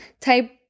type